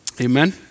Amen